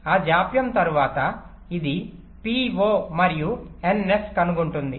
ఆ జాప్యం తరువాత ఇది పిఒ మరియు ఎన్ఎస్ కనుగొంటుంది